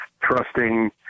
trusting